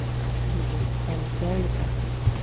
absolutely. and very effective.